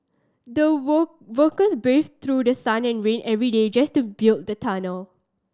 the work workers braved through the sun and rain every day just to build the tunnel